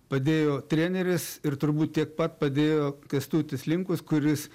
padėjo treneris ir turbūt tiek pat padėjo kęstutis linkus kuris